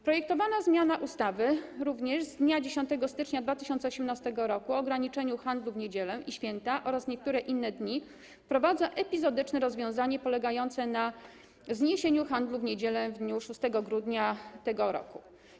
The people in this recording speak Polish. Projektowana zmiana ustawy z dnia 10 stycznia 2018 r. o ograniczeniu handlu w niedziele i święta oraz w niektóre inne dni wprowadza epizodyczne rozwiązanie polegające na zniesienie handlu w niedzielę w dniu 6 grudnia tego roku.